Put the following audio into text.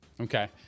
Okay